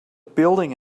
building